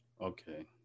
okay